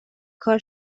کار